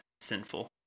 sinful